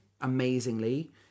amazingly